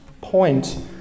point